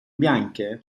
bianche